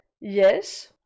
yes